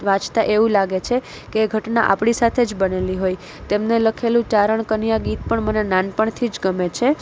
વાંચતાં એવું લાગે છે કે એ ઘટના આપણી સાથે જ બનેલી હોય તેમને લખેલું ચારણ કન્યા ગીત પણ મને નાનપણથી જ ગમે છે